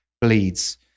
bleeds